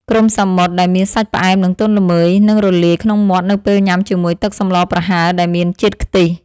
គ្រំសមុទ្រដែលមានសាច់ផ្អែមនិងទន់ល្មើយនឹងរលាយក្នុងមាត់នៅពេលញ៉ាំជាមួយទឹកសម្លប្រហើរដែលមានជាតិខ្ទិះ។